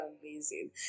amazing